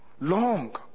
Long